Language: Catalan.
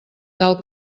tal